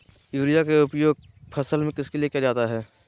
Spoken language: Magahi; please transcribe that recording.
युरिया के उपयोग फसल में किस लिए किया जाता है?